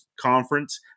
conference